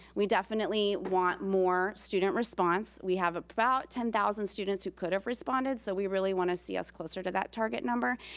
we definitely want more student response. we have about ten thousand students who could have responded, so we really wanna see us closer to that target number.